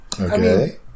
Okay